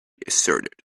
asserted